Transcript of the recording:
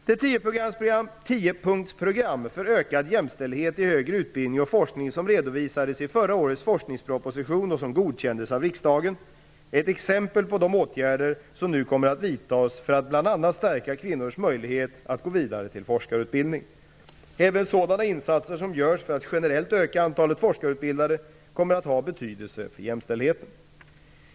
Det tiopunktsprogram för ökad jämställdhet i högre utbildning och forskning som redovisades i förra årets forskningsproposition, och som godkändes av riksdagen, är ett exempel på åtgärder som nu kommer att vidtas för att bl.a. stärka kvinnors möjlighet att gå vidare till forskarutbildning. Även sådana insatser som görs för att generellt öka antalet forskarutbildade kommer att ha betydelse för jämställdheten.